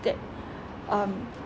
that um